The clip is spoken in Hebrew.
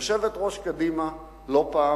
יושבת-ראש קדימה לא פעם,